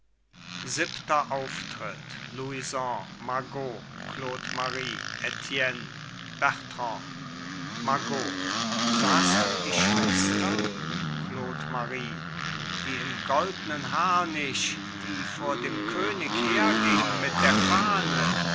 siebenter auftritt louison margot claude marie etienne bertrand margot sahst du die schwester claude marie die im goldnen harnisch die vor dem könig herging mit der fahne